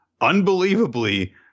unbelievably